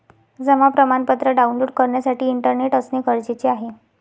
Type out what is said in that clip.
जमा प्रमाणपत्र डाऊनलोड करण्यासाठी इंटरनेट असणे गरजेचे आहे